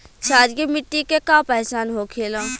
क्षारीय मिट्टी के का पहचान होखेला?